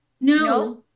No